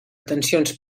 tensions